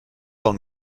pel